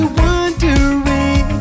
wondering